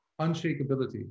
unshakability